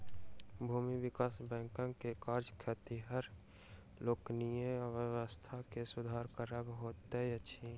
भूमि विकास बैंकक काज खेतिहर लोकनिक अर्थव्यवस्था के सुधार करब होइत अछि